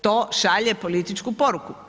To šalje političku poruku.